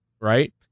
Right